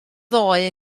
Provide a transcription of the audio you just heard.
ddoe